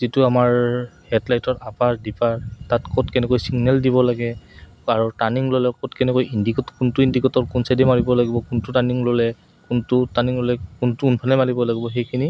যিটো আমাৰ হেডলাইটৰ আপাৰ ডিপাৰ তাত ক'ত কেনেকৈ ছিগনেল দিব লাগে আৰু টাৰ্ণিং ল'লে ক'ত কেনেকৈ ইণ্ডিকেট কোনটো ইণ্ডিকেটৰ কোন চাইডে মাৰিব লাগিব কোনটো টাৰ্ণিং ল'লে কোনটো টাৰ্ণিং ল'লে কোনটো কোনফালে মাৰিব লাগিব সেইখিনি